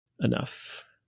enough